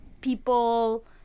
people